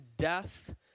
Death